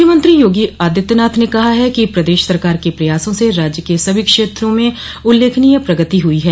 मुख्यमंत्री योगी आदित्यनाथ ने कहा है कि प्रदेश सरकार के प्रयासों से राज्य में सभी क्षेत्रों में उल्लेखनीय प्रगति हुई है